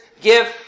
give